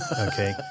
okay